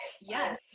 yes